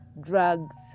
drugs